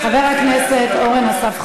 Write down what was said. חבר הכנסת אורן אסף חזן.